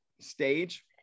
stage